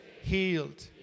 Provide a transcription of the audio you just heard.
healed